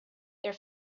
their